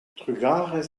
trugarez